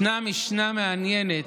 ישנה משנה מעניינת